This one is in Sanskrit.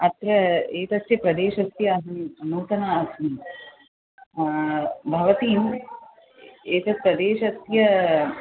अत्र एतस्य प्रदेशस्य अत्र नूतना अस्मि भवतीम् एतत् प्रदेशस्य